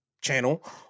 channel